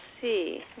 see